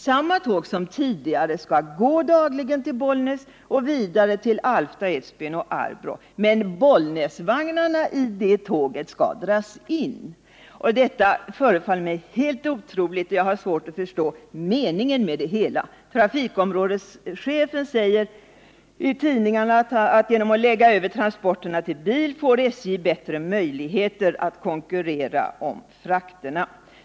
Samma tåg som tidigare skall gå dagligen till Bollnäs och vidare till Alfta, Edsbyn och Arbrå, men Bollnäsvagnarna skall dras in. Detta förefaller mig helt otroligt, och jag har svårt att förstå meningen med det hela. Trafikområdeschefen säger i tidningarna att genom att lägga över transporterna till bil får SJ bättre möjligheter att konkurrera om frakterna.